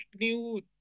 new